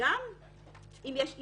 גם אם יש עיקול.